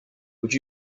would